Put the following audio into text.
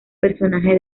personaje